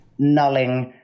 nulling